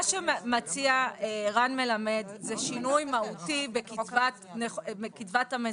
מה שמציע רן מלמד זה שינוי מהותי בקצבת המזונות.